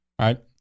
right